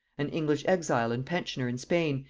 an english exile and pensioner in spain,